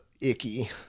icky